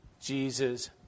Jesus